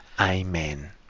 Amen